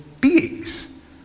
beings